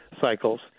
cycles